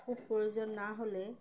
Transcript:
খুব প্রয়োজন না হলে